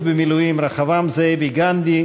הודעה זו אינה דורשת הצבעה.